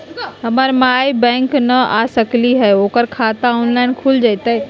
हमर माई बैंक नई आ सकली हई, ओकर खाता ऑनलाइन खुल जयतई?